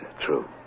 true